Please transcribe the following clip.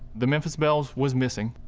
the memphis belle's was missing,